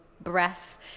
breath